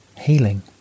healing